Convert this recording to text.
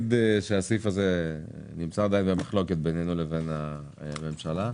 הסעיף הזה נמצא עדיין במחלוקת בינינו לבין הממשלה.